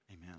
Amen